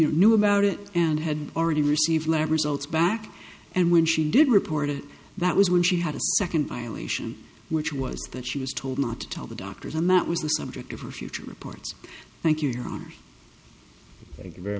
knew knew about it and had already received lab results back and when she did report it that was when she had a second violation which was that she was told not to tell the doctors amount was the subject of her future reports thank you your hon